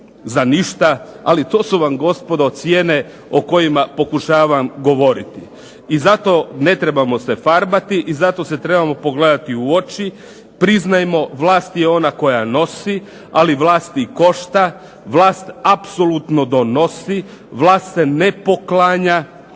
za ništa, ali to su vam gospodo cijene o kojima pokušavam govoriti. I zato ne trebamo se farbati i zato se trebamo pogledati u oči, priznajmo vlast je ona koja nosi, ali vlast i košta. Vlast apsolutno donosi, vlast se ne poklanja,